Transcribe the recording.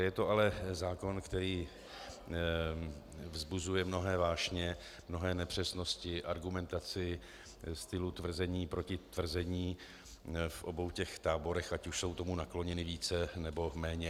Je to ale zákon, který vzbuzuje mnohé vášně, mnohé nepřesnosti, argumentaci stylu tvrzení proti tvrzení v obou těch táborech, ať už jsou tomu nakloněny více, nebo méně.